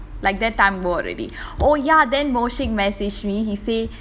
like that I'm bored already oh ya then moshik messaged me he say